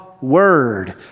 word